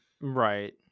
Right